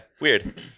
weird